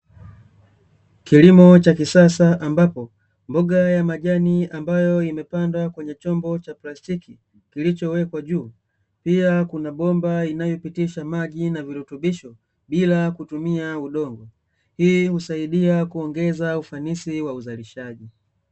Kilimo cha kisasa ambapo, mboga ya majani ambayo imepandwa kwenye chombo cha plastiki kilichowekwa juu, pia kuna bomba inayopitisha maji na virutubisho bila kutumia udongo, hii husaidia kuongeza ufanisi wa uzalishaji.